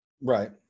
right